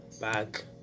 Back